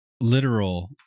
literal